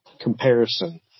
comparison